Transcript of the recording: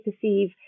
perceive